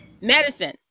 Medicine